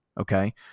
Okay